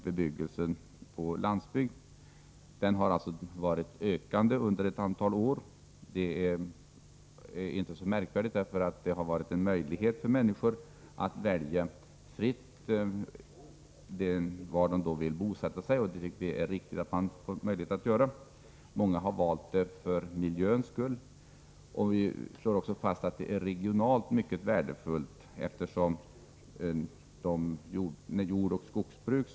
Bebyggelsen på landsbygden har ökat under ett antal år, och det är inte så märkvärdigt, därför att det har varit möjligt för människor att välja fritt var de vill bosätta sig. Vi tycker att det är riktigt att de skall få ha den möjligheten. Många har valt att bosätta sig på landet för miljöns skull.